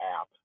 app